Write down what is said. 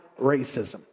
racism